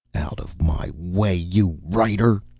out of my way, you writer!